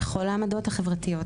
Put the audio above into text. בכל העמדות החברתיות,